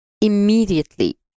immediately